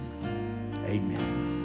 amen